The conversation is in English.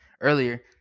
earlier